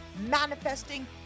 manifesting